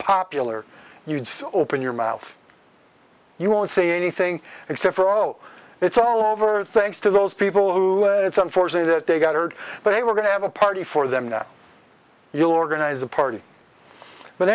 popular you open your mouth you won't say anything except for oh it's all over thanks to those people who it's unfortunate that they got hurt but they were going to have a party for them you organize a party but